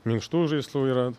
minkštų žaislų yra